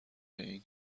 این